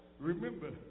Remember